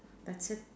that's it